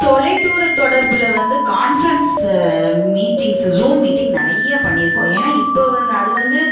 தொலைதூர தொடர்பில் வந்து கான்ஃப்ரன்ஸு மீட்டிங்ஸு ஸூம் மீட்டிங் நிறைய பண்ணியிருக்கோம் ஏன்னா இப்போ வந் அது வந்து